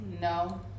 No